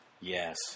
Yes